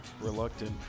reluctant